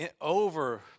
over